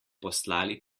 poslali